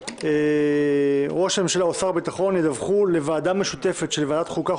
שנה ראש הממשלה או שר הביטחון ידווחו לוועדה משותפת של ועדת החוקה,